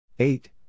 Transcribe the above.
Eight